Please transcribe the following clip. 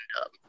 up